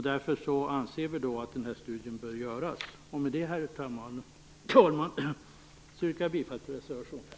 Därför anser vi i Folkpartiet att denna studie bör göras. Herr talman! Med detta yrkar jag bifall till reservation 5.